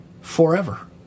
Forever